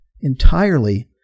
entirely